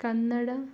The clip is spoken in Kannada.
ಕನ್ನಡ